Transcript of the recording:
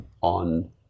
on